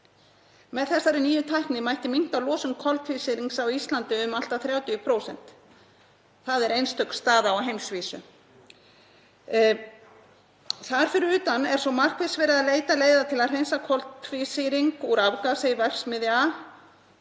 með henni mætti minnka losun koltvísýrings á Íslandi um allt að 30%. Það er einstök staða á heimsvísu. Þar fyrir utan er markvisst verið að leita leiða til að hreinsa koltvísýring úr afgasi verksmiðja